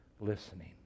listening